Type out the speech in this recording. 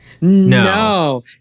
No